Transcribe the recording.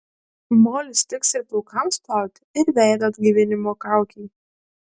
molis tiks ir plaukams plauti ir veido atgaivinimo kaukei